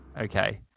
Okay